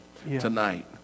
tonight